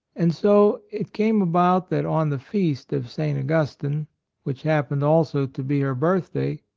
and so it came about that on the feast of st. augustine, which happened also to be her birthday,